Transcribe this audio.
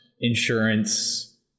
insurance